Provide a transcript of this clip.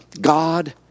God